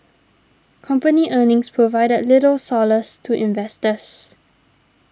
company earnings provided little solace to investors